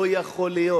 לא יכול להיות.